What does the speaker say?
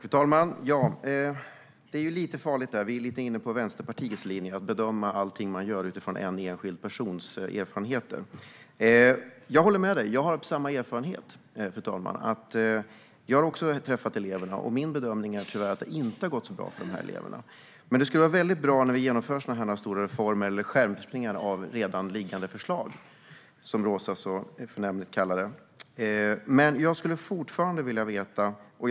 Fru talman! Det är lite farligt, det där. Vi är lite inne på Vänsterpartiets linje att bedöma allt man gör utifrån en enskild persons erfarenheter. Jag håller med Roza Güclü Hedin; jag har samma erfarenheter av att ha träffat elever, men min bedömning är tyvärr att det inte har gått så bra för de här eleverna. När vi genomför sådana här stora reformer eller skärpning av redan liggande förslag, som Roza Güclü Hedin så förnämligt kallar det, skulle det vara väldigt bra med en analys.